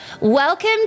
Welcome